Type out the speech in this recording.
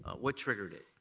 what triggered it?